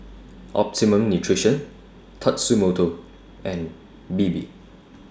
Optimum Nutrition Tatsumoto and Bebe